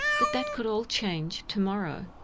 but that could all change tomorrow.